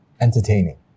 Entertaining